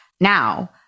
now